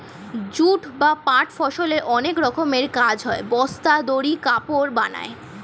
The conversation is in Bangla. জুট বা পাট ফসলের অনেক রকমের কাজ হয়, বস্তা, দড়ি, কাপড় বানায়